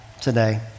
today